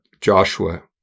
Joshua